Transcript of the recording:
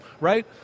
right